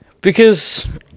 Because-